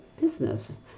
business